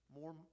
more